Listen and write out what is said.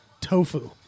tofu